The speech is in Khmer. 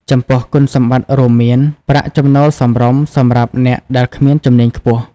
ចំពោះគុណសម្បត្តិរួមមាន ប្រាក់ចំណូលសមរម្យសម្រាប់អ្នកដែលគ្មានជំនាញខ្ពស់។